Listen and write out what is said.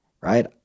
right